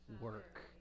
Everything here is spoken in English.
work